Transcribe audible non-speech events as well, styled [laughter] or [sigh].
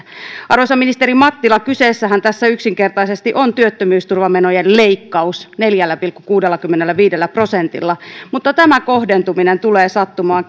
arvoisa ministeri mattila kyseessähän tässä on yksinkertaisesti työttömyysturvamenojen leikkaus neljällä pilkku kuudellakymmenelläviidellä prosentilla mutta tämä kohdentuminen tulee sattumaan [unintelligible]